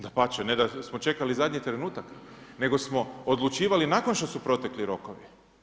Dapače, ne da smo čekali zadnji trenutak nego smo odlučivali nakon što su protekli rokovi.